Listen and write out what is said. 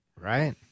Right